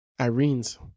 Irene's